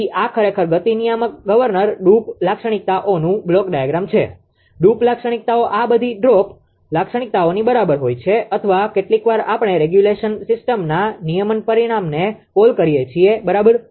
તેથી આ ખરેખર ગતિ નિયામક ગવર્નર ડ્રૂપ લાક્ષણિકતાઓનું બ્લોક ડાયાગ્રામ છે ડ્રૂપ લાક્ષણિકતાઓ આ બધી ડ્રોપ લાક્ષણિકતાઓની બરાબર હોય છે અથવા કેટલીકવાર આપણે રેગ્યુલેશન સિસ્ટમના નિયમન પરિમાણને કોલ કરીએ છીએ બરાબર